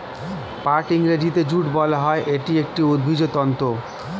পাটকে ইংরেজিতে জুট বলা হয়, এটি একটি উদ্ভিজ্জ তন্তু